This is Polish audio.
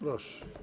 Proszę.